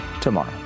tomorrow